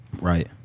Right